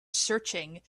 searching